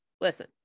Listen